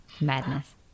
Madness